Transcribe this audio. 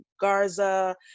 Garza